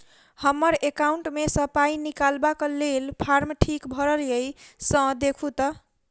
हम्मर एकाउंट मे सऽ पाई निकालबाक लेल फार्म ठीक भरल येई सँ देखू तऽ?